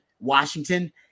Washington